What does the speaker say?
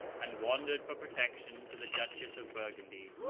and wandered for protection to the duchess of burgundy.